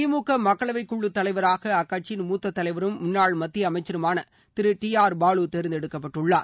திமுக மக்களவைக்குழு தலைவராக அக்கட்சியின் மூத்த தலைவரும் முன்னாள் மத்திய அமைச்சருமான திரு டி ஆர் பாலு தேர்ந்தெடுக்கப்பட்டுள்ளார்